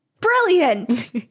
Brilliant